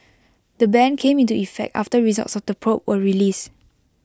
the ban came into effect after results of the probe were released